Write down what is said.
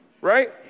right